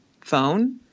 phone